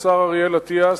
השר אריאל אטיאס.